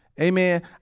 Amen